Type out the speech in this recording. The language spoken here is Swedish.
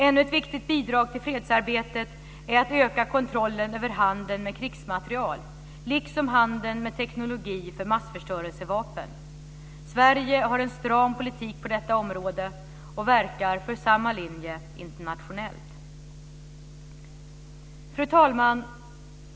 Ännu ett viktigt bidrag till fredsarbetet är att öka kontrollen över handeln med krigsmateriel, liksom handeln med teknologi för massförstörelsevapen. Sverige har en stram politik på detta område och verkar för samma linje internationellt. Fru talman!